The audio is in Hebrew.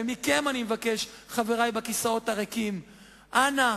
אני מבקש, חברי בכיסאות הריקים, אנא,